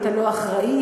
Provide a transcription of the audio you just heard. הלא-אחראית,